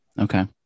Okay